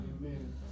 Amen